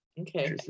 Okay